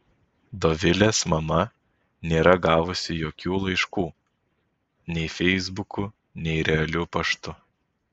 dovilės mama nėra gavusi jokių laiškų nei feisbuku nei realiu paštu